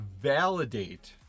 validate